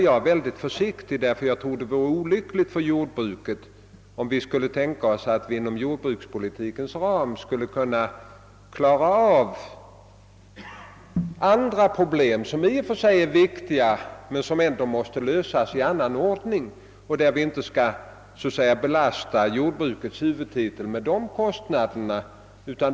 Jag tror att det vore olyckligt för jordbruket om vi inom jordbrukspolitikens ram skulle försöka lösa andra problem, som i och för sig är viktiga men som måste lösas i annan ordning. Jordbrukets huvudtitel bör inte belastas med kostnaderna för detta.